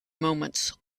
moments